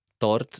Tort